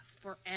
forever